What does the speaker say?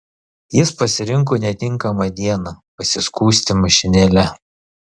jis pasirinko netinkamą dieną pasiskųsti mašinėle